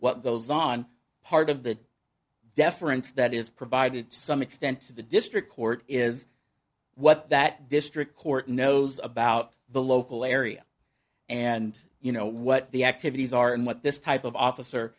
what goes on part of the deference that is provided some extent to the district court is what that district court knows about the local area and you know what the activities are and what this type of officer